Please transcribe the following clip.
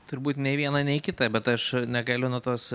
turbūt nei viena nei kita bet aš negaliu nuo tos